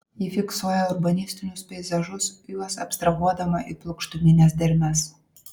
ji fiksuoja urbanistinius peizažus juos abstrahuodama į plokštumines dermes